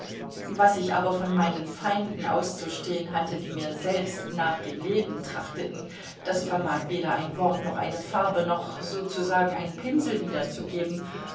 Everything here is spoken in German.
was ich aber von meinen feinden auszustehen hatte die mir selbst nach dem leben trachteten das vermag weder ein wort noch eine farbe noch sozusagen ein pinsel wiederzugeben